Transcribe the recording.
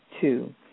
two